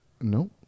no